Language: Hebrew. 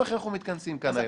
לכן אנחנו מתכנסים כאן היום.